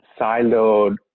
siloed